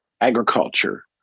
agriculture